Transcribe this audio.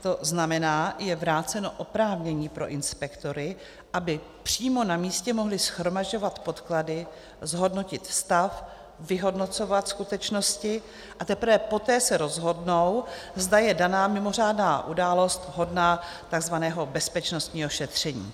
To znamená, je vráceno oprávnění pro inspektory, aby přímo na místě mohli shromažďovat podklady, zhodnotit stav, vyhodnocovat skutečnosti, a teprve poté se rozhodnout, zda je daná mimořádná událost vhodná takzvaného bezpečnostního šetření.